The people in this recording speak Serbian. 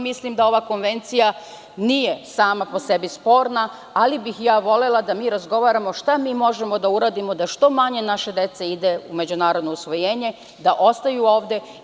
Mislim da ova konvencija nije sama po sebi sporna, ali volela bih da razgovaramo šta možemo da uradimo da što manje naše dece ide u međunarodno usvojenje, da ostaju ovde.